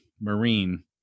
Marine